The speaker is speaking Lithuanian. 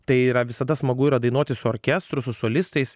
tai yra visada smagu yra dainuoti su orkestru su solistais